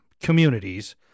communities